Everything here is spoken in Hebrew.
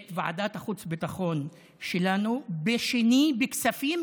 את ועדת חוץ וביטחון שלנו בשני בכספים,